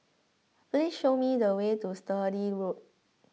please show me the way to Sturdee Road